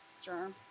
Sure